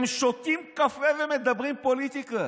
הם שותים קפה ומדברים פוליטיקה.